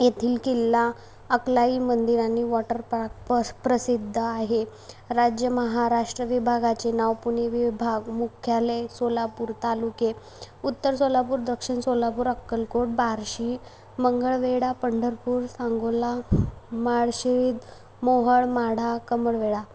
येथील किल्ला अक्लाई मंदिर आणि वॉटरपार्क पस् प्रसिद्ध आहे राज्य महाराष्ट विभागाचे नाव पुणे विभाग मुख्यालय सोलापूर तालुके उत्तर सोलापूर दक्षिण सोलापूर अक्कलकोट बार्शी मंगळवेढा पंढरपूर सांगोला माळशेद मोहळमाढा कमळवेळा